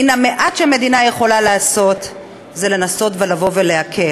מן המעט שהמדינה יכולה לעשות זה לנסות להקל.